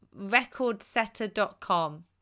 recordsetter.com